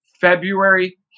February